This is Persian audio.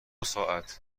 ساعت